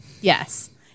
Yes